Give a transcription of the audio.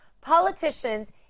politicians